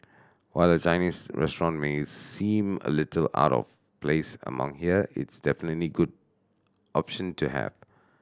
while a Chinese restaurant may seem a little out of place among here it's definitely good option to have